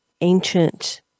ancient